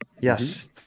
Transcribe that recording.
Yes